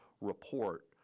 report